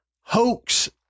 hoax